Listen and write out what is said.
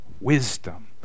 Wisdom